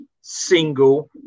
single